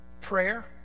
prayer